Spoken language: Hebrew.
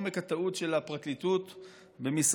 עומק הטעות של הפרקליטות במשרדך,